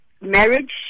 marriage